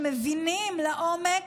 שמבינים לעומק